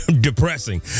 depressing